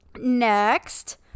Next